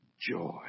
joy